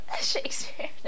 Shakespeare